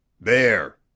There